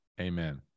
amen